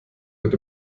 wird